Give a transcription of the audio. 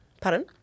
Pardon